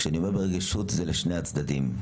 כשאני אומר ברגישות, זה לשני הצדדים.